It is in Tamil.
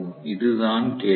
அதுதான் கேள்வி